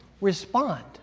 respond